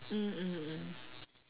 mm mm mm